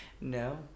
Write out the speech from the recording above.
no